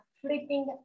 flipping